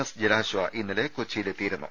S Jalashwa ഇന്നലെ കൊച്ചിയിൽ എത്തിയിരുന്നു